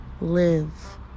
live